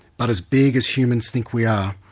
but as big as humans think we are,